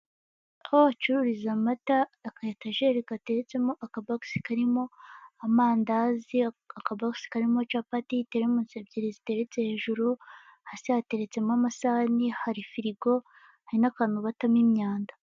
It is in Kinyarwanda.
Aho bacurururiza amata akaetajeri gateretsemo akabogisi karimo amandazi akabogisi karimo capati, telemuzi ebyiri ziteretse hejuru, hasi hateretsemo amasahani, hari firigo hari n'akantu batamo imyanda.